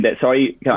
Sorry